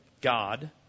God